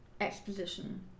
exposition